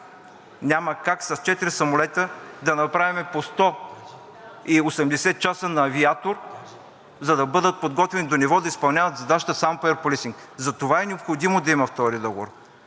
Няма как с четири самолета да направим по 180 часа на авиатор, за да бъдат подготвени до нивото да изпълняват задачата само по Air Policing и затова е необходимо да има втори договор.